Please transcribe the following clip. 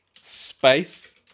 Space